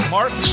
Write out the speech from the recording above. Mark